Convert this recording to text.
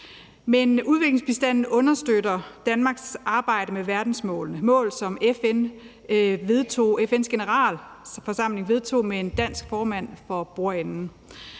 pct. Udviklingsbistanden understøtter Danmarks arbejde med verdensmålene – mål, som FN's Generalforsamling vedtog med en dansk formand for bordenden.